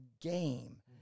game